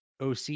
OC